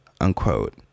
unquote